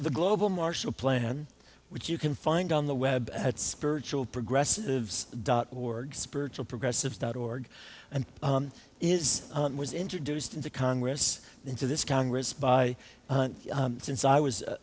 the global marshall plan which you can find on the web at spiritual progressive dot org spiritual progressive thought org and is was introduced into congress into this congress by since i was